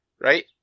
right